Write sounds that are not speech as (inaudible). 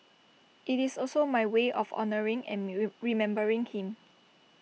IT is also my way of honouring and (unintelligible) remembering him